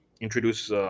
introduce –